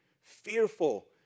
fearful